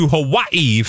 Hawaii